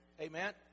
amen